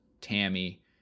Tammy